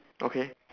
okay